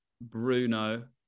Bruno